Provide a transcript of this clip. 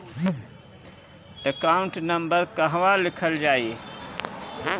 Account number कहवा लिखल जाइ?